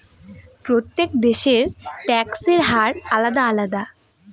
প্রত্যেক দেশের ট্যাক্সের হার আলাদা আলাদা